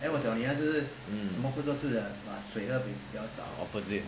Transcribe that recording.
mm opposite